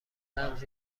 رمز